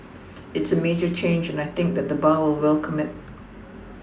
it's a major change and I think that the bar will welcome it